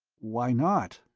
why not?